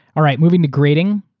all right, moving to grading.